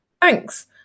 Thanks